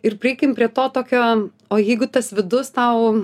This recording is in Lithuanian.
ir prieikim prie to tokio o jeigu tas vidus tau